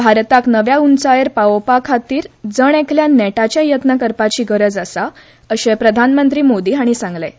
भारतान नव्या उंचायेर पावोवपा खातीर जण एकल्यान नेटाचे यत्न करपाची गरज आसा अशें प्रधानमंत्री मोदी हांणी सांगलें